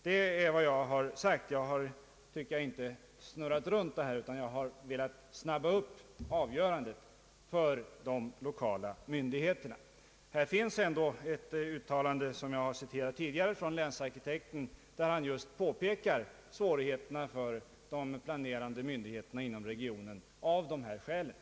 Det finns dock ett uttalande från länsarkitekten, som jag citerat tidigare, där han påpekar svårigheterna för de planerande myndigheterna inom regionen på grund av den nuvarande ovissheten.